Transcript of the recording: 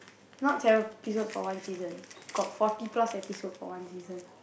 not seven episode for one season got forty plus episode for one season